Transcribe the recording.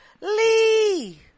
Lee